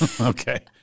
Okay